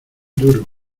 duro